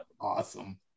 awesome